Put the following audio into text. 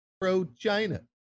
pro-China